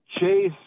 Chase